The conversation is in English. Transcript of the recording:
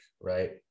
right